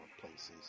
places